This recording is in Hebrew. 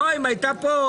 מי נמנע?